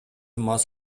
мас